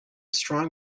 strong